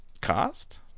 Cost